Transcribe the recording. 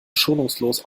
schonungslos